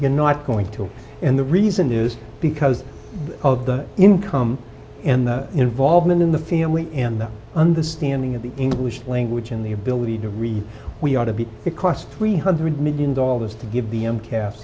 you're not going to and the reason is because of the income and the involvement in the family and the understanding of the english language and the ability to read we ought to be it cost three hundred million dollars to give the m cast